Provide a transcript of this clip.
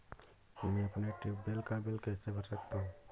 मैं अपने ट्यूबवेल का बिल कैसे भर सकता हूँ?